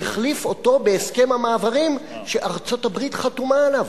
והחליף אותו בהסכם המעברים שארצות-הברית חתומה עליו.